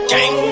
Gang